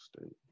state